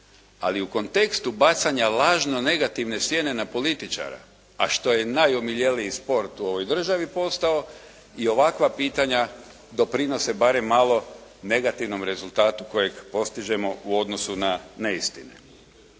ali u kontekstu bacanja lažno negativne sjene na političara, a što je najomiljeniji sport u ovoj državi postao i ovakva pitanja doprinose barem malo negativnom rezultatu kojeg postižemo u odnosu na neistine.